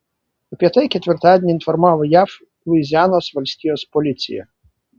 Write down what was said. apie tai ketvirtadienį informavo jav luizianos valstijos policija